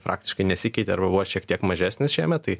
praktiškai nesikeitė arba buvo šiek tiek mažesnis šiemet tai